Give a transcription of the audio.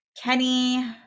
kenny